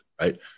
right